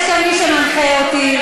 יש כאן מי שמנחה אותי.